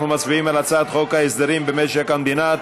אנחנו מצביעים על הצעת חוק ההסדרים במשק המדינה,